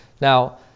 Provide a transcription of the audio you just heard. Now